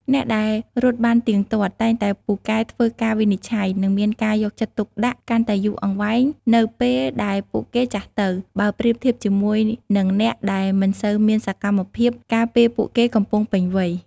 អ្នកដែលរត់បានទៀងទាត់ តែងតែពូកែធ្វើការវិនិច្ឆ័យ និងមានការយកចិត្តទុកដាក់កាន់តែយូរអង្វែងនៅពេលដែលពួកគេចាស់ទៅ បើប្រៀបធៀបជាមួយនឹងអ្នកដែលមិនសូវមានសកម្មភាពកាលពេលពួកគេកំពុងពេញវ័យ។